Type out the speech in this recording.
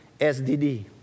SDD